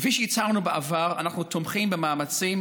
כפי שהצהרנו בעבר, אנו תומכים במאמצים